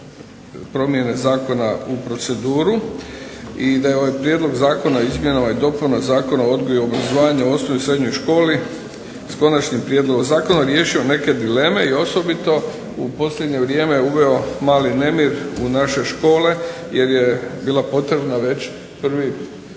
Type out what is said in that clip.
promjene zakona u proceduru i da je ovaj Prijedlog zakona o izmjenama i dopunama Zakona o odgoju i obrazovanju u osnovnoj i srednjoj školi, s konačnim prijedlogom zakona, riješio neke dileme i osobito u posljednje vrijeme uveo mali nemir u naše škole jer je bila potrebna već 1.1.2012.